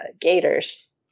gators